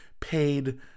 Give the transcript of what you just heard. paid